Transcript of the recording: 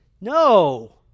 No